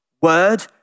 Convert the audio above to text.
Word